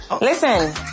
listen